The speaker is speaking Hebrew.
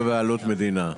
בבעלות המדינה.